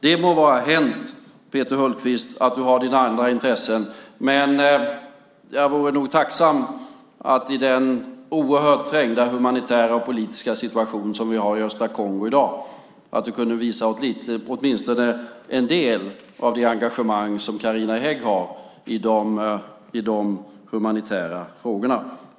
Det må vara hänt, Peter Hultqvist, att du har dina andra intressen, men jag vore nog tacksam om du i den oerhört trängda humanitära och politiska situation som vi har i östra Kongo i dag kunde visa åtminstone en del av det engagemang som Carina Hägg har i de humanitära frågorna.